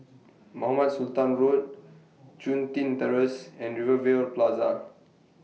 Mohamed Sultan Road Chun Tin Terrace and Rivervale Plaza